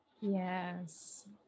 Yes